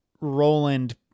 Roland